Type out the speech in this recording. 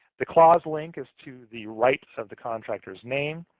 the clause link is to the right of the contractor's name.